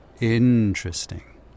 Interesting